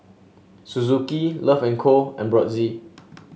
Suzuki Love and Co and Brotzeit